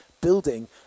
building